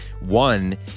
One